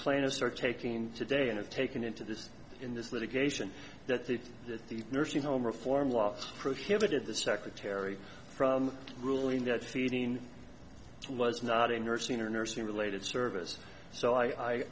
plan to start taking today and of taken into this in this litigation that the that the nursing home reform law prohibited the secretary from ruling that feeding was not a nursing or nursing related service so i i